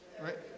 right